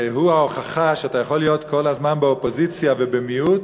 שהוא ההוכחה שאתה יכול להיות כל הזמן באופוזיציה ובמיעוט